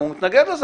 גם הוא מתנגד לזה,